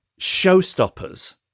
showstoppers